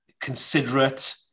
considerate